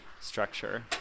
structure